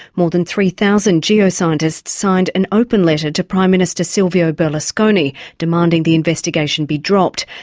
more than three thousand geoscientists signed an open letter to prime minister silvio berlusconi demanding the investigation be dropped.